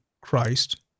Christ